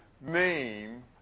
name